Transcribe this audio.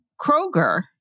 Kroger